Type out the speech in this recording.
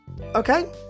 okay